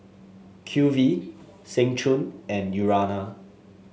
Q V Seng Choon and Urana